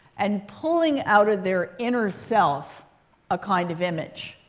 and pulling out of their inner self a kind of image.